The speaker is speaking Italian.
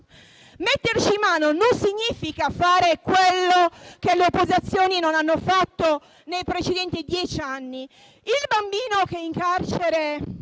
metterci mano. Questo non significa fare quello che le opposizioni non hanno fatto nei precedenti dieci anni.